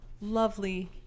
lovely